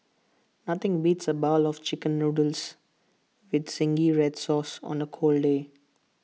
nothing beats A bowl of Chicken Noodles with Zingy Red Sauce on A cold day